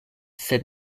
sed